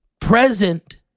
present